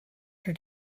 her